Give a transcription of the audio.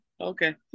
okay